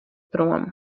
prom